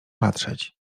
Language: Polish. patrzeć